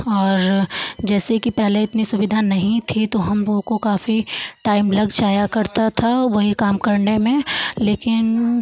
और जैसे कि पहले इतनी सुविधा नहीं थी तो हम वो को काफ़ी टाइम लग जाया करता था वही काम करने में लेकिन